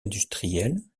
industriel